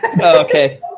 Okay